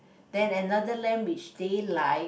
then another lamp which they like